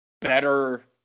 better